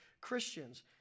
Christians